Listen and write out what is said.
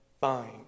fine